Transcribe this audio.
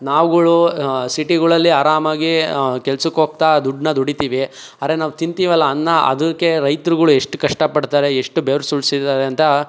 ನಾವುಗಳು ಸಿಟಿಗಳಲ್ಲಿ ಆರಾಮಾಗಿ ಕೆಲಸಕ್ಕೋಗ್ತಾ ದುಡನ್ನ ದುಡಿತೀವಿ ಆದ್ರೆ ನಾವು ತಿಂತೀವಲ್ಲ ಅನ್ನ ಅದಕ್ಕೆ ರೈತ್ರುಗಳು ಎಷ್ಟು ಕಷ್ಟಪಡ್ತಾರೆ ಎಷ್ಟು ಬೆವ್ರು ಸುರಿಸಿದಾರೆ ಅಂತ